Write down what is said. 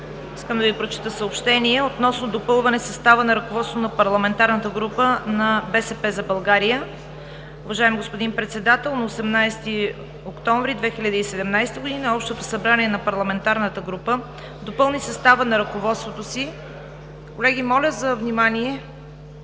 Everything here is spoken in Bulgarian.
Искам да Ви прочета съобщение относно допълване състава на ръководството на парламентарната група на „БСП за България“: „Уважаеми господин Председател, на 18 октомври 2017 г. общото събрание на парламентарната група допълни състава на ръководството си, като реши: Избира